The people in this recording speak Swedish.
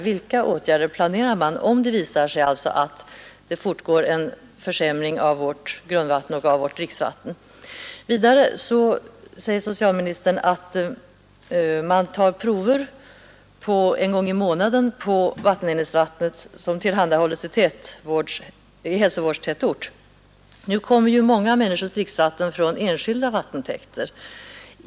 Vilka åtgärder planerar man, om det visar sig att det fortgår en försämring av vårt grundvatten och vårt dricksvatten? Vidare säger socialministern att man tar prover en gång i månaden på vattenledningsvatten som tillhandahålles i hälsovårdstätort. Men många människors dricksvatten kommer ju från enskilda vattentäkter.